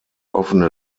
offene